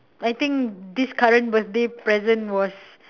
I think this current birthday present was